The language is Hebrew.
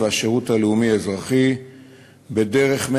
שניצניו החלו קודם לכן,